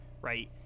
right